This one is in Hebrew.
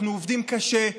אנחנו עובדים קשה.